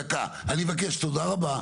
אני מבקש, תודה רבה.